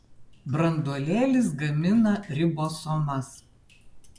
branduolėlis gamina ribosomas